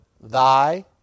thy